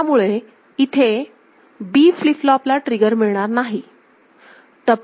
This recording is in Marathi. त्यामुळे इथे B फ्लिप फ्लॉप ला ट्रिगर मिळणार नाही